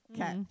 okay